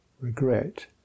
regret